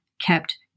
kept